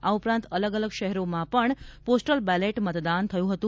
આ ઉપરાંત અલગ અલગ શહેરોમાં પણ પોસ્ટલ બેલેટ મતદાન થયું હતું